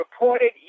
reported